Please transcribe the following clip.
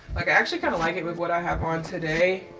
like i actually kind of like it with what i have on today.